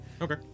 Okay